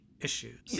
issues